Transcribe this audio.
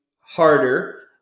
harder